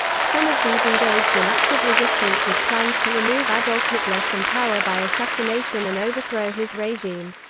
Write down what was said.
some of these engaged in active resistance with plans to remove adolf hitler from power by assassination and overthrow his regime.